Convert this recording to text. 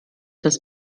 das